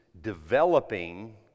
developing